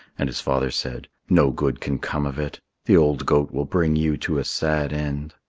and his father said, no good can come of it. the old goat will bring you to a sad end.